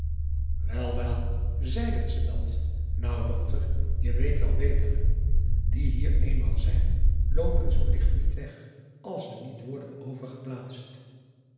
wel wel zeiden ze dat nou dokter je weet wel beter die hier eenmaal zijn loopen zoo licht niet weg als ze niet worden